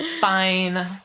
fine